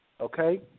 okay